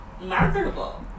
marketable